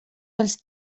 els